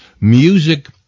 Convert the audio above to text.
music